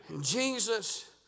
Jesus